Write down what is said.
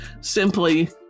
simply